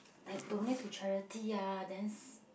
I donate to charity ah then s~